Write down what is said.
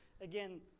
again